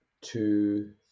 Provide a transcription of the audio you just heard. two